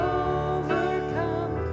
overcome